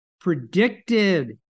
predicted